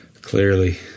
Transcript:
clearly